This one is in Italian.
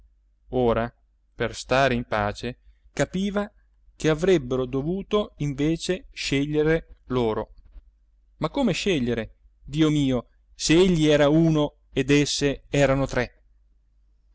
ora per stare in pace capiva che avrebbero dovuto invece scegliere loro ma come scegliere dio mio se egli era uno ed esse erano tre